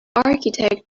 architect